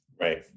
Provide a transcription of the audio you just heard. Right